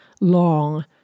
long